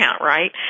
right